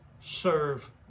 Serve